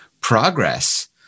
progress